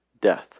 death